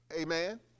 Amen